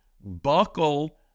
buckle